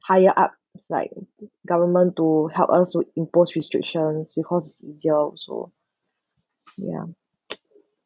higher up like government to help us to impose restrictions because 比较熟 ya